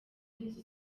inzu